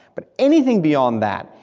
but anything beyond that,